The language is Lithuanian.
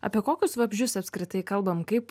apie kokius vabzdžius apskritai kalbam kaip